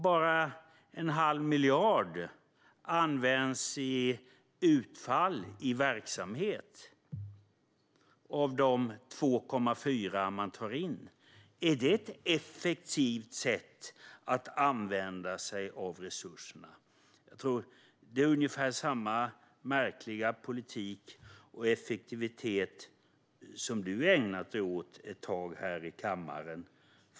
Bara en halv miljard används i verksamhet av de 2,4 miljarder som man tar in. Är det ett effektivt sätt att använda sig av resurserna? Det är ungefär samma märkliga politik och effektivitet som du har ägnat dig åt ett tag här i kammaren.